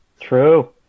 True